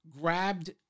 grabbed